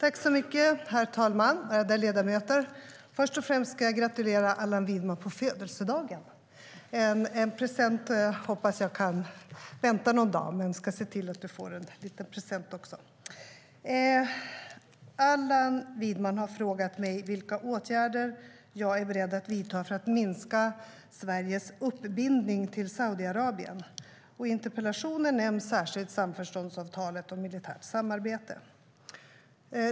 Herr talman! Ärade ledamöter! Först och främst ska jag gratulera Allan Widman på födelsedagen. Jag ska se till att han också får en liten present. Allan Widman har frågat mig vilka åtgärder jag är beredd att vidta för att minska Sveriges uppbindning till Saudiarabien. I interpellationen nämns särskilt samförståndsavtalet om militärt samarbete.